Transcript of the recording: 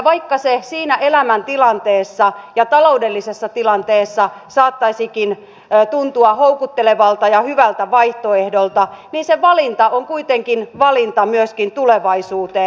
vaikka se siinä elämäntilanteessa ja taloudellisessa tilanteessa saattaisikin tuntua houkuttelevalta ja hyvältä vaihtoehdolta niin se valinta on kuitenkin valinta myöskin tulevaisuuteen